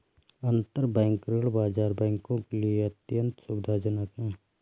अंतरबैंक ऋण बाजार बैंकों के लिए अत्यंत सुविधाजनक है